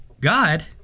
God